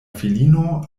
filino